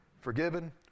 forgiven